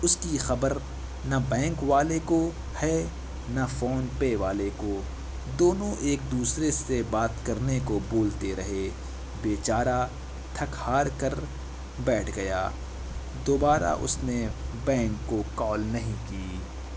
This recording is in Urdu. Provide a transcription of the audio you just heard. اس کی خبر نہ بینک والے کو ہے نہ فون پے والے کو دونوں ایک دوسرے سے بات کرنے کو بولتے رہے بیچارہ تھک ہار کر بیٹھ گیا دوبارہ اس نے بینک کو کال نہیں کی